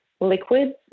liquids